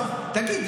תגיד,